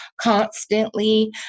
constantly